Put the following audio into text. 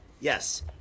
yes